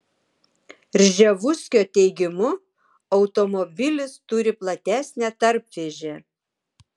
rževuskio teigimu automobilis turi platesnę tarpvėžę